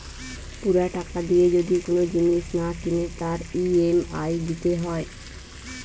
পুরা টাকা দিয়ে যদি কোন জিনিস না কিনে তার ই.এম.আই দিতে হয়